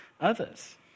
others